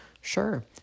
sure